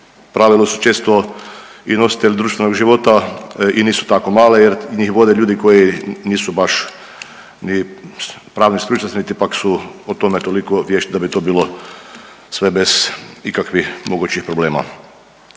pravilu su često i nositelj društvenog života i nisu tako male, jer njih vode ljudi koji nisu baš ni pravni stručnjaci niti pak su u tome toliko vješti da bi to bilo sve bez ikakvih mogućih problema.